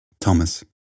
Thomas